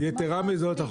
יתרה מזאת,